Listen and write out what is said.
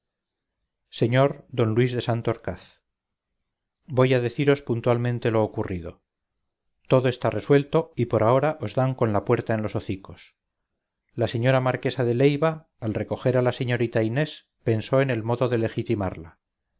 sr d luis de santorcaz voy a deciros puntualmente lo ocurrido todo está resuelto y por ahora os dan con la puerta en los hocicos la señora marquesa de leiva al recoger a la señorita inés pensó en el modo de legitimarla